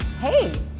Hey